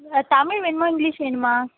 இதில் தமிழ் வேணும்மா இங்கிலீஷ் வேணும்மா